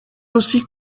aussi